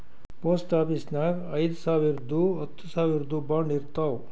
post ಆಫೀಸ್ನಾಗ್ ಐಯ್ದ ಸಾವಿರ್ದು ಹತ್ತ ಸಾವಿರ್ದು ಬಾಂಡ್ ಇರ್ತಾವ್